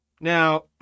Now